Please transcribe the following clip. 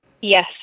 Yes